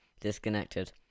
Disconnected